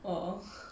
uh